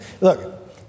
look